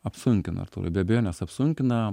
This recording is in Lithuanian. apsunkina artūrai be abejonės apsunkina